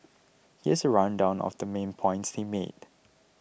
here's a rundown of the main points he made